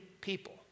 people